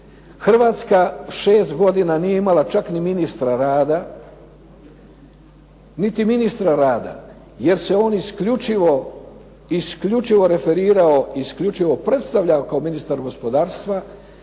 Hrvatska šest godina nije imala čak ni ministra rada jer se on isključivo referirao, isključivo predstavljao kao ministar gospodarstva